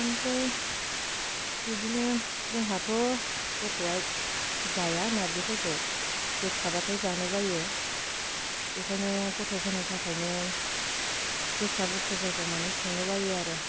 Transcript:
ओमफ्राय बिदिनो जोंहाथ' गथ'आ जाया नारजिफोरखौ गोखाबाथाय जानो बायो बेखायनो गथ'फोरनि थाखायनो गोखा बुस्थुफोरखौ माने संनो बायो आरो